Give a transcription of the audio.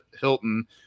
Hilton